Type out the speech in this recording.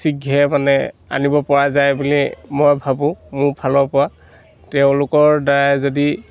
শীঘ্ৰে মানে আনিব পৰা যায় বুলি মই ভাবোঁ মোৰ ফালৰ পৰা তেওঁলোকৰ দ্বাৰাই যদি